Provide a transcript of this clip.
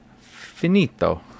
finito